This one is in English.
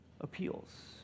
appeals